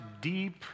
deep